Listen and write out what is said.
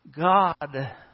God